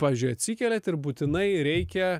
pavyzdžiui atsikeliat ir būtinai reikia